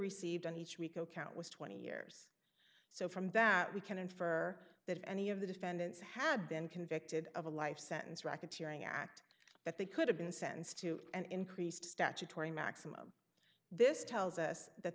received on each week account was twenty years so from that we can infer that any of the defendants had been convicted of a life sentence racketeering act that they could have been sentenced to an increased statutory maximum this tells us that